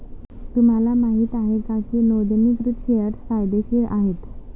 तुम्हाला माहित आहे का की नोंदणीकृत शेअर्स फायदेशीर आहेत?